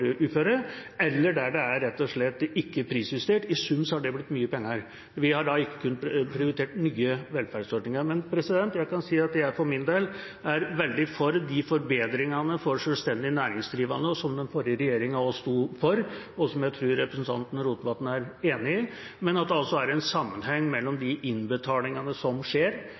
uføre, eller der det rett og slett ikke er prisjustert. I sum har det blitt mye penger, og vi har da ikke kunnet prioritere nye velferdsordninger. Jeg for min del er veldig for disse forbedringene for selvstendig næringsdrivende, som den forrige regjeringa også sto for, og som jeg tror representanten Rotevatn er enig i, men det er altså en sammenheng mellom de innbetalingene